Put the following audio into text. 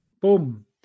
boom